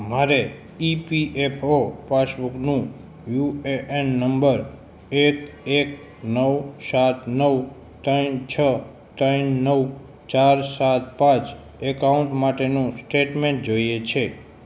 મારે E P F O પાસબુકનું U A N number એક એક નવ સાત નવ ત્રણ છ ત્રણ નવ ચાર સાત પાંચ અકાઉન્ટ માટેનું સ્ટેટમૅન્ટ જોઈએ છે